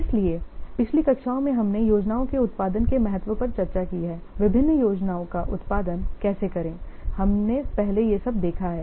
इसलिए पिछली कक्षाओं में हमने योजनाओं के उत्पादन के महत्व पर चर्चा की है विभिन्न योजनाओं का उत्पादन कैसे करें हमने पहले यह सब देखा है